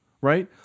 right